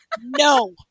no